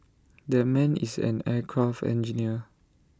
that man is an aircraft engineer